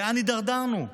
לאן הידרדרנו?